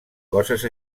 coses